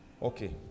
Okay